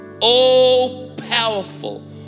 all-powerful